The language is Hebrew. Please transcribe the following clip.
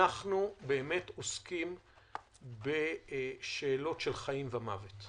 אנחנו באמת עוסקים בשאלות של חיים ומוות,